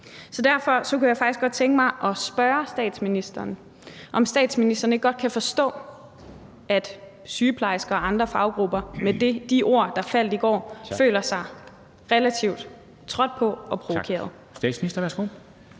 Så derfor kunne jeg faktisk godt tænke mig at spørge statsministeren, om statsministeren ikke godt kan forstå, at sygeplejersker og andre faggrupper med de ord, der faldt i går, føler sig relativt trådt på og provokeret.